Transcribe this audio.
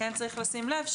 כן צריך לשים לב,